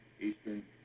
Eastern